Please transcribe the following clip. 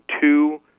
two